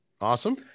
Awesome